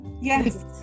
Yes